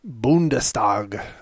Bundestag